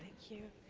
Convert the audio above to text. to